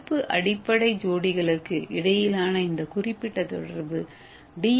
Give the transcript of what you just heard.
நிரப்பு அடிப்படை ஜோடிகளுக்கு இடையிலான இந்த குறிப்பிட்ட தொடர்பு டி